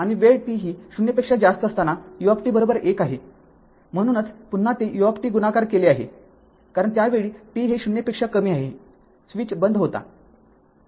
आणि वेळ t ही ० पेक्षा जास्त असताना u१ आहे म्हणूनच पुन्हा ते u गुणाकार केले आहे कारण त्या वेळी t हे ० पेक्षा कमी आहे स्विच बंद होता